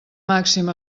màxim